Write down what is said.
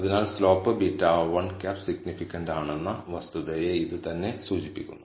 അതിനാൽ slope β̂1 significant ആണെന്ന വസ്തുതയെ ഇത് തന്നെ സൂചിപ്പിക്കുന്നു